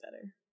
better